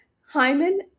Hyman